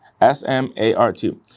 S-M-A-R-T